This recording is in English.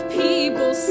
people